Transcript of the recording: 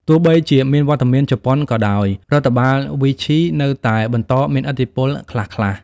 ទោះបីជាមានវត្តមានជប៉ុនក៏ដោយ រដ្ឋបាលវីឈីនៅតែបន្តមានឥទ្ធិពលខ្លះៗ។